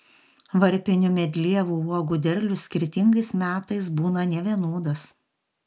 varpinių medlievų uogų derlius skirtingais metais būna nevienodas